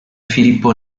filippo